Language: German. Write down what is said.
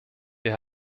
wir